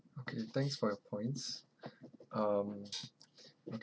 okay thanks for your points um